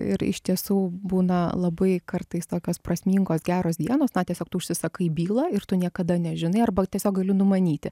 ir iš tiesų būna labai kartais tokios prasmingos geros dienos na tiesiog tu užsisakai bylą ir tu niekada nežinai arba tiesiog gali numanyti